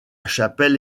chapelle